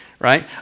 right